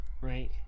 right